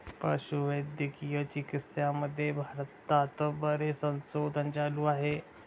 पशुवैद्यकीय चिकित्सामध्ये भारतात बरेच संशोधन चालू आहे